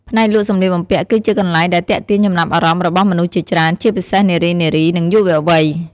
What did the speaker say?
ផ្នែកលក់សម្លៀកបំពាក់ គឺជាកន្លែងដែលទាក់ទាញចំណាប់អារម្មណ៍របស់មនុស្សជាច្រើន ជាពិសេសនារីៗ និងយុវវ័យ។